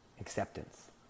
acceptance